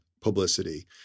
publicity